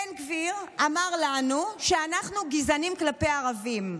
בן גביר אמר לנו שאנחנו גזענים כלפי ערבים.